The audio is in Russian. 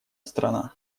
страна